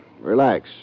Relax